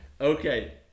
Okay